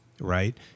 Right